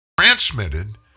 transmitted